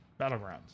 Battlegrounds